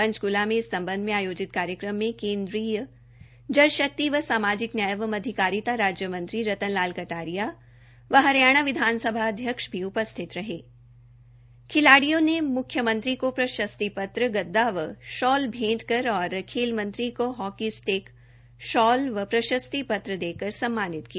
पंचकूला में इस सम्बध में आयोजित कार्यक्रम में केंद्रीय जल शक्ति व सामाजिक न्याय एवं अधिकारिता राज्य मंत्री रत्न लाल कटारिया हरियाणा विधानसभा अध्यक्ष भी उपस्थित रहे खिलाड़ियों ने मुख्यमंत्री को प्रशस्ति पत्र गददा व शाल भेंट कर और खेल मंत्री को हॉकी स्टिक शाल व प्रशस्ति पत्र देकर सम्मानित किया